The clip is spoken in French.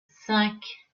cinq